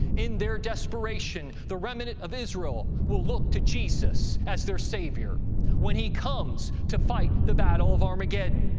in their desperation, the remnant of israel will look to jesus as their savior when he comes to fight the battle of armageddon.